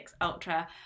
Ultra